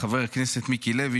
חבר הכנסת מיקי לוי,